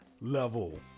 level